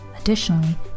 Additionally